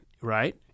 right